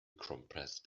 compressed